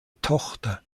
tochter